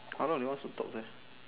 how long they want to talk uh